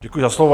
Děkuji za slovo.